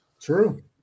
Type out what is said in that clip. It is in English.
True